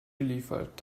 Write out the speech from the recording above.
geliefert